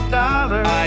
dollars